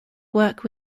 work